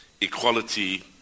equality